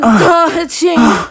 touching